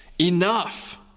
Enough